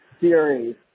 series